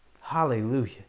hallelujah